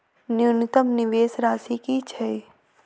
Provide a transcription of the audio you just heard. न्यूनतम निवेश राशि की छई?